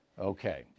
Okay